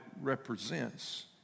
represents